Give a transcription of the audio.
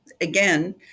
again